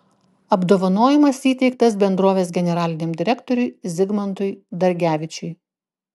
apdovanojimas įteiktas bendrovės generaliniam direktoriui zigmantui dargevičiui